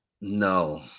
No